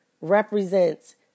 represents